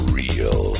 real